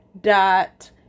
dot